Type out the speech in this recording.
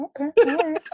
okay